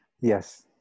Yes